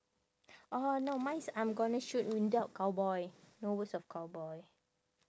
orh no mine is I'm gonna shoot without cowboy no words of cowboy